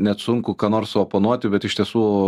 net sunku ką nors oponuoti bet iš tiesų